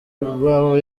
babo